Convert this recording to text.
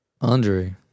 andre